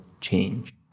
change